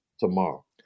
tomorrow